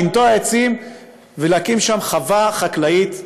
לנטוע עצים ולהקים שם חווה חקלאית.